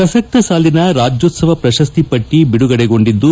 ಪ್ರಸಕ್ತ ಸಾಲಿನ ರಾಜ್ಯೋತ್ಸವ ಪ್ರಶಸ್ತಿ ಪಟ್ಟ ಬಿಡುಗಡೆಗೊಂಡಿದ್ದು